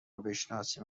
بشناسیم